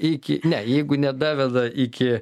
iki ne jeigu nebeveda iki